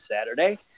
Saturday